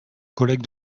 collègues